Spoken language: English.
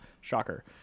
Shocker